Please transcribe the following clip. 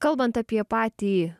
kalbant apie patį